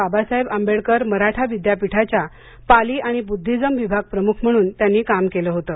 बाबासाहेब आंबेडकर मराठा विद्यापीठाच्या पाली आणि बुद्धिझम विभागप्रमुख म्हणून त्यांनी काम केलं होतं